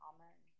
Amen